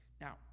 Now